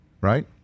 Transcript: Right